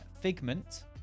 Figment